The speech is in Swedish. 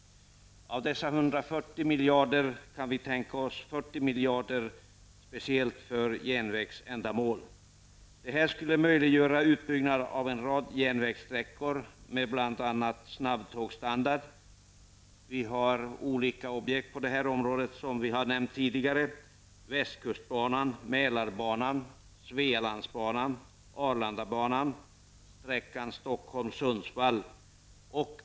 Av dessa 140 miljarder kan vi tänka oss 40 miljarder speciellt för järnvägsändamål. Detta skulle möjliggöra en utbyggnad av en rad järnvägssträckor med bl.a. snabbtågsstandard. Det finns på detta område olika objekt, som har nämnts tidigare: västkustbanan, Mälarbanan, Stockholm--Sundsvall.